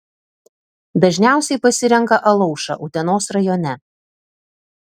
dažniausiai pasirenka alaušą utenos rajone